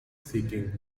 seeking